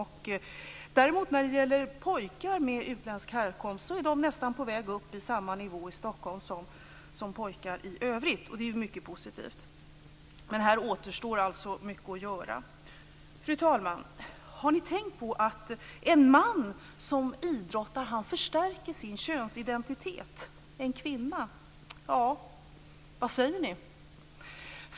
När det däremot gäller pojkar av utländsk härkomst är de i Stockholm nästan på väg upp till samma nivå pojkar i övrigt. Det är mycket positivt. Men här återstår mycket att göra. Fru talman! Har ni tänkt på att en man som idrottar förstärker sin könsidentitet? Men hur är det med en kvinna? Vad säger ni?